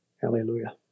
Hallelujah